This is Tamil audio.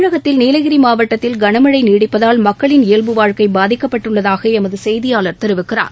தமிழகத்தில் நீலகிரி மாவட்டத்தில் கனமழை நீடிப்பதால் மக்களின் இயல்பு வாழ்க்கை பாதிக்கப்பட்டுள்ளதாக எமது செய்தியாளர் தெரிவிக்கிறார்